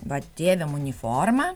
va dėvim uniformą